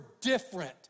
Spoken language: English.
different